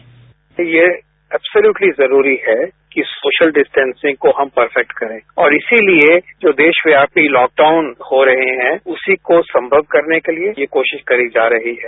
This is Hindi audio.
साउंड बाईट यह एव्सोल्यूटली जरूरी है कि सोशल डिस्टेन्सिंग को हम परफैक्ट करें और इसीलिये जो देशव्यापी लॉकडाउन हो रहे हैं उसी को संभव करने के लिये यह कोशिश करी जा रही है